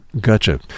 Gotcha